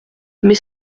mais